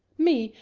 me,